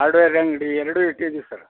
hardware ಅಂಗಡಿ ಎರಡು ಇಟ್ಟಿದ್ದೀವಿ ಸರ್